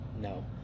No